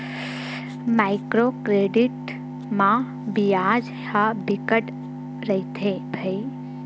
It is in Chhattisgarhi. माइक्रो क्रेडिट म बियाज ह बिकट रहिथे भई